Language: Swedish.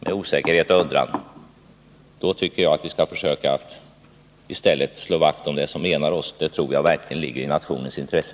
med osäkerhet och undran, tycker jag att vi skall försöka slå vakt om det som enar oss. Det tror jag verkligen ligger i nationens intresse.